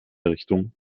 richtung